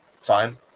fine